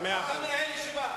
אתה מנהל ישיבה.